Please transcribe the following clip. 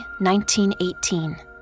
1918